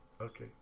Okay